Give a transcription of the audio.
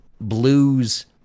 blues